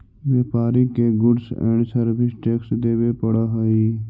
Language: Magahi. व्यापारि के गुड्स एंड सर्विस टैक्स देवे पड़ऽ हई